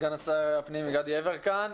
סגן השר לביטחון פנים גדי יברקן.